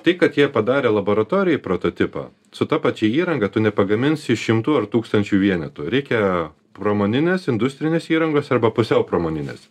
tai kad jie padarė laboratorijoj prototipą su ta pačia įranga tu nepagaminsi šimtų ar tūkstančių vienetų reikia pramoninės industrinės įrangos arba pusiau pramoninės